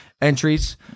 entries